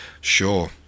sure